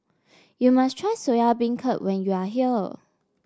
you must try Soya Beancurd when you are here